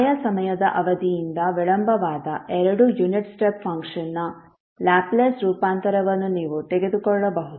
ಆಯಾ ಸಮಯದ ಅವಧಿಯಿಂದ ವಿಳಂಬವಾದ ಎರಡೂ ಯುನಿಟ್ ಸ್ಟೆಪ್ ಫಂಕ್ಷನ್ನ ಲ್ಯಾಪ್ಲೇಸ್ ರೂಪಾಂತರವನ್ನು ನೀವು ತೆಗೆದುಕೊಳ್ಳಬಹುದು